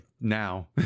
Now